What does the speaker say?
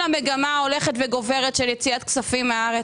המגמה ההולכת וגוברת של יציאת כספים מהארץ.